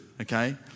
okay